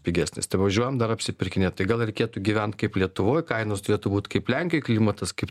pigesnės tai važiuojam dar apsipirkinėt tai gal reikėtų gyvent kaip lietuvoj kainos turėtų būt kaip lenkijoj klimatas kaip